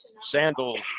Sandals